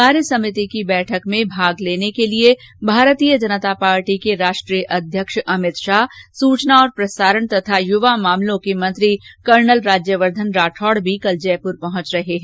कार्य समिति की बैठक में भाग लेने के लिए भारतीय जनता पार्टी के राष्ट्रीय अध्यक्ष अमित शाह सूचना प्रसारण और युवा मामलों के मंत्री कर्नल राज्यवर्द्वन भी कल जयपुर पहुंच रहे है